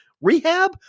rehab